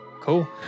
cool